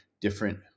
different